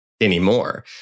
anymore